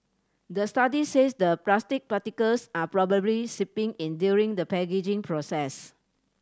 the study says the plastic particles are probably seeping in during the packaging process